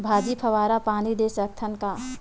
भाजी फवारा पानी दे सकथन का?